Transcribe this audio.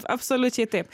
absoliučiai taip